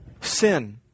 sin